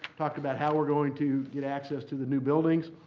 talked about how we're going to get access to the new buildings